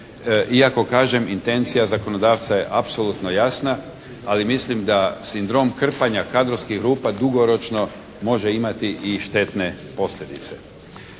iako kažem intencija zakonodavca je apsolutno jasna, ali mislim da sindrom krpanja kadrovskih rupa dugoročno može imati i štetne posljedice.